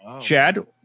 Chad